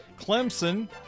Clemson